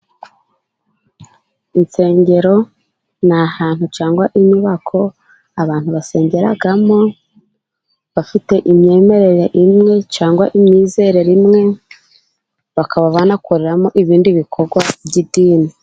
Insengero ni ahantu cyangwa inyubako abantu basengeramo bafite imyemerere imwe, cyangwa imyizerere imwe, bakaba banakoreramo ibindi bikorwa by'idini.